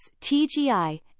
TGI